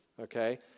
Okay